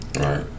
Right